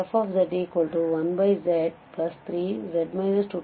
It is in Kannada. ಸಿಗುತ್ತದೆ